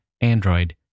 Android